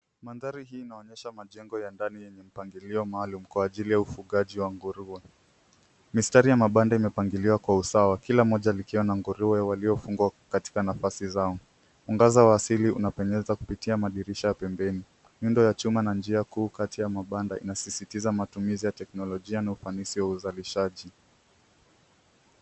Mandhari hii inaonyesha majengo ya ndani yenye mpangilio maalum kwa ajili ya ufugaji wa nguruwe. Mistari ya mabanda imepangiliwa kwa usawa, kila mmoja likiwa na nguruwe waliofungwa katika nafasi zao. Mwangaza wa asili unapenyeza kupitia madirisha ya pembeni. Miundo ya chuma na njia kuu kati ya mabanda inasisitiza matumizi ya teknolojia na ufanisi wa uzalishaji.